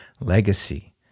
legacy